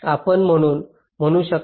आपण म्हणू शकता